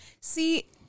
See